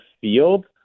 field